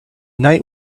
night